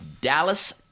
Dallas